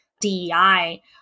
DEI